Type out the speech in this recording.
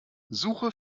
suche